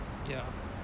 ya